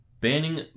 banning